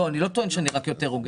אני לא טוען שאני יותר הוגן.